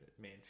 man